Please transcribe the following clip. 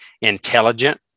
intelligent